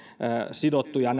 sidottuja